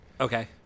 okay